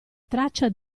traccia